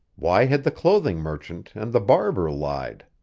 why had the clothing merchant and the barber lied?